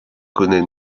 connait